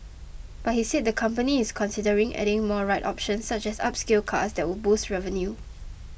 but he said the company is considering adding more ride options such as upscale cars that would boost revenue